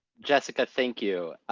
jessica, thank you.